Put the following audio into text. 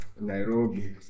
Nairobi